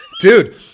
Dude